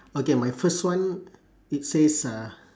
okay my first one it says uh